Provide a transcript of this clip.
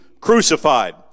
crucified